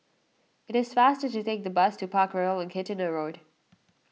it is faster to take the bus to Parkroyal on Kitchener Road